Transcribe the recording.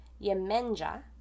yemenja